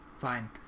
fine